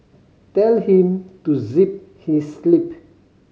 tell him to zip his lip